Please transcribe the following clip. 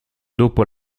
dopo